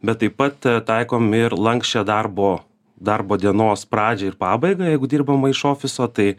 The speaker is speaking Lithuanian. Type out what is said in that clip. bet taip pat taikom ir lanksčią darbo darbo dienos pradžią ir pabaigą jeigu dirbama iš ofiso tai